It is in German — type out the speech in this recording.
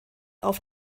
auf